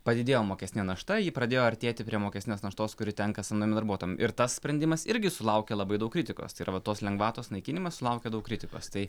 padidėjo mokestinė našta ji pradėjo artėti prie mokestinės naštos kuri tenka samdomiem darbuotojam ir tas sprendimas irgi sulaukė labai daug kritikos tai yra va tos lengvatos naikinimas sulaukė daug kritikos tai